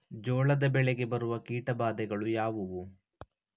ಜೋಳದ ಬೆಳೆಗೆ ಬರುವ ಕೀಟಬಾಧೆಗಳು ಯಾವುವು?